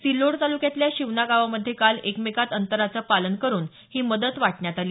सिल्लोड तालुक्यातल्या शिवना गावामध्ये काल एकमेकात अंतराचं पालन करून ही मदत वाटण्यात आली